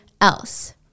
else